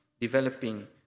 developing